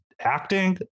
acting